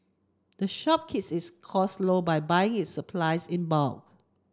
the shop cost low by buying its supplies in bulk